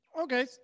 Okay